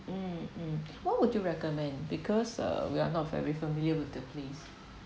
um um what would you recommend because uh we're not very familiar with the place